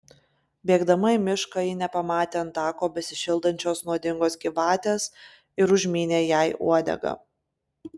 bėgdama į mišką ji nepamatė ant tako besišildančios nuodingos gyvatės ir užmynė jai uodegą